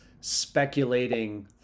speculating